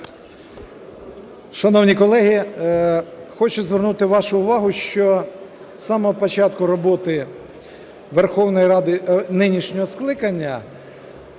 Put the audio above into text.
Шановні колеги, хочу звернути вашу увагу, що з самого початку роботи Верховної Ради нинішнього скликання